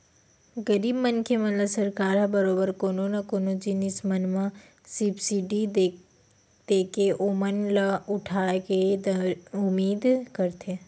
गरीब मनखे मन ल सरकार ह बरोबर कोनो न कोनो जिनिस मन म सब्सिडी देके ओमन ल उठाय के उदिम करथे